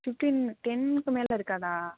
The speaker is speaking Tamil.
ஃபிஃப்ட்டீன் டென்னுக்கு மேலே இருக்காதா